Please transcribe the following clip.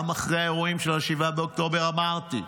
גם אחרי האירועים של 7 באוקטובר, אמרתי: